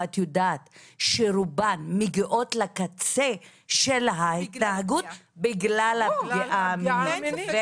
ואת יודעת שרובן מגיעות לקצה של ההתנהגות בגלל הפגיעה המינית.